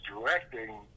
directing